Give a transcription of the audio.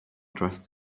dressed